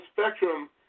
spectrum